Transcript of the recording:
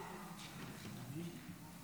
ריקנות